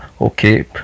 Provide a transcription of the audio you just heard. okay